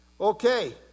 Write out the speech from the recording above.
Okay